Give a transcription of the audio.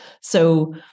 So-